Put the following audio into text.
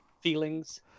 feelings